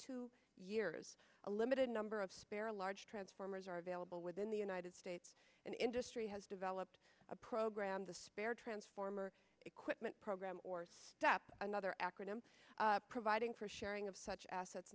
two years a limited number of spare large transformers are available within the united states an industry has developed a program to spare transformer equipment program or step another acronym providing for sharing of such assets